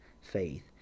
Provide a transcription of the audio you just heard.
faith